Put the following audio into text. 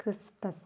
Christmas